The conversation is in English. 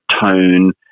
tone